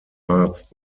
arzt